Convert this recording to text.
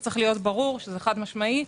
צריך להיות ברור שזה חד-משמעית.